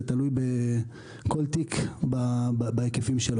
זה תלוי בכל תיק בהיקפים שלו.